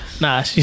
Nah